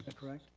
correct?